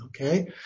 Okay